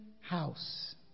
house